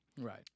right